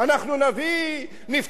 נפטור אתכם מארנונה?